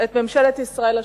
את ממשלת ישראל ה-32.